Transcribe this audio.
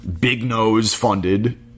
big-nose-funded